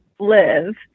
live